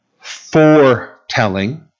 foretelling